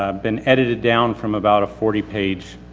ah been edited down from about a forty page,